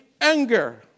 anger